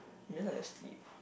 you just like to sleep